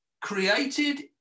created